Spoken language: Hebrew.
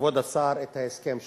כבוד השר, את ההסכם שהושג,